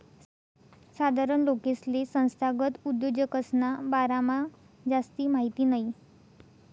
साधारण लोकेसले संस्थागत उद्योजकसना बारामा जास्ती माहिती नयी